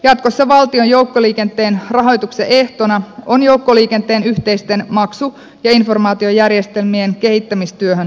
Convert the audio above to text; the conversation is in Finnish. jatkossa valtion joukkoliikenteen rahoituksen ehtona on joukkoliikenteen yhteisten maksu ja informaatiojärjestelmien kehittämistyöhön osallistuminen